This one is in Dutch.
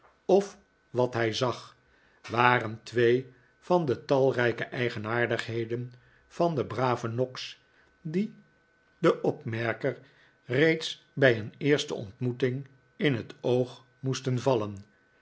of wat hij zag waren twee van de talrijke eigenaardigheden van den braven noggs die den opmerker reeds bij een eerste ontmoeting in het oog moesten vallen